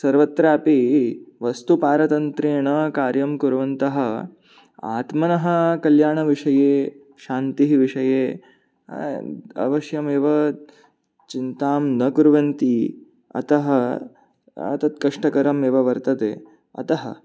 सर्वत्रापि वस्तुपारतन्त्र्येण कार्यं कुर्वन्तः आत्मनः कल्याणविषये शान्तिविषये अवश्यमेव चिन्तां न कुर्वन्ति अतः तत् कष्टकरमेव वर्तते अतः